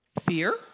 fear